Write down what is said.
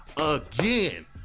Again